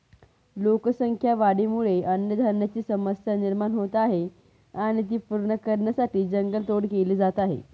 लोकसंख्या वाढीमुळे अन्नधान्याची समस्या निर्माण होत आहे आणि ती पूर्ण करण्यासाठी जंगल तोड केली जात आहे